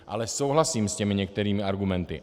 Ale souhlasím s některými argumenty.